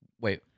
wait